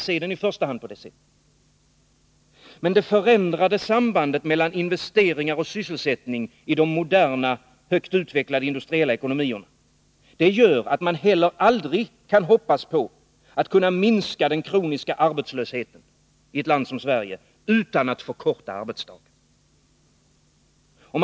Men det förändrade sambandet mellan investeringar och sysselsättning i de moderna, högt utvecklade industriella ekonomierna gör att man heller aldrig kan hoppas på att kunna minska den kroniska arbetslösheten i ett land som Sverige utan att förkorta arbetsdagen.